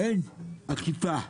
אין אכיפה,